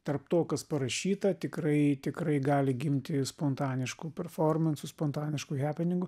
tarp to kas parašyta tikrai tikrai gali gimti spontaniškų performansų spontaniškų hepeningų